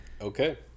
Okay